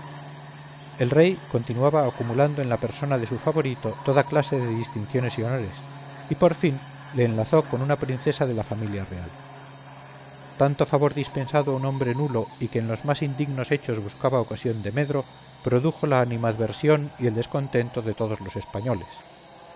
el rey continuaba acumulando en la persona de su favorito toda clase de distinciones y honores y por fin le enlazó con una princesa de la familia real tanto favor dispensado a un hombre nulo y que en los más indignos hechos buscaba ocasión de medro produjo la animadversión y el descontento de todos los españoles